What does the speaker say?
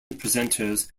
presenters